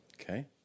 Okay